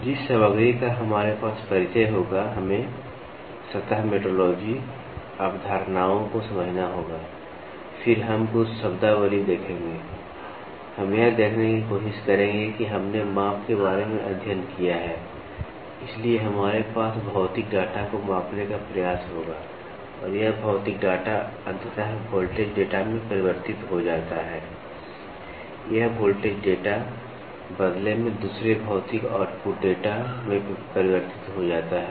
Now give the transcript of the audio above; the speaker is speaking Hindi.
तो जिस सामग्री का हमारे पास परिचय होगा हमें सतह मेट्रोलॉजी अवधारणाओं को समझना होगा फिर हम कुछ शब्दावली देखेंगे हम यह देखने की कोशिश करेंगे कि हमने माप के बारे में अध्ययन किया है इसलिए हमारे पास भौतिक डेटा को मापने का प्रयास होगा और यह भौतिक डेटा अंततः वोल्टेज डेटा में परिवर्तित हो जाता है यह वोल्टेज डेटा बदले में दूसरे भौतिक आउटपुट डेटा में परिवर्तित हो जाता है